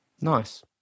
Nice